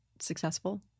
successful